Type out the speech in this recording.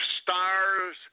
stars